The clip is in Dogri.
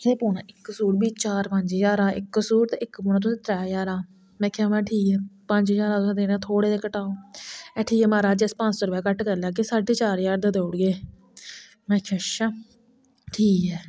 इक पौना तुसेंगी पंज ज्हार दा ते इक पौना तुसेंगी त्रै ज्हार आहला में आखेआ में ठीक ऐ पंज ज्हार आहले च थोह्ड़े जेह घटाओ उनें आखेआ महाराज अस पंज सौ घट्ट करी लैगे साडे चार ह्जार दा देई ओड़गे में आखेआ अच्छा ठीक ऐ